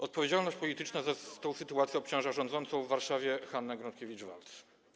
Odpowiedzialność polityczna za tę sytuację obciąża rządzącą w Warszawie Hannę Gronkiewicz-Waltz.